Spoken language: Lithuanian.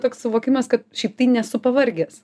toks suvokimas kad šiaip tai nesu pavargęs